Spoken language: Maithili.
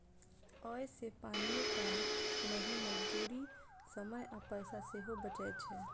अय से पानिये टा नहि, मजदूरी, समय आ पैसा सेहो बचै छै